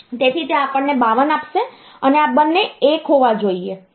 તેથી તે આપણને 52 આપશે અને આ બંને 1 હોવા જોઈએ